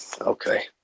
Okay